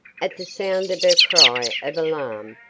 at the sound of her cry of alarm,